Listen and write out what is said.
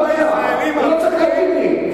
הוא לא צריך להגיד לי.